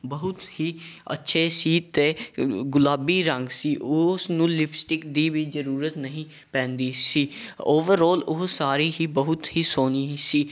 ਬਹੁਤ ਹੀ ਅੱਛੇ ਸੀ ਅਤੇ ਗੁਲਾਬੀ ਰੰਗ ਸੀ ਉਸਨੂੰ ਲਿਪਸਟਿਕ ਦੀ ਵੀ ਜ਼ਰੂਰਤ ਨਹੀਂ ਪੈਂਦੀ ਸੀ ਓਵਰਆਲ ਉਹ ਸਾਰੀ ਹੀ ਬਹੁਤ ਹੀ ਸੋਹਣੀ ਹੀ ਸੀ